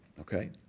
okay